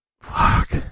Fuck